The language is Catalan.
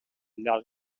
llarg